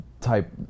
type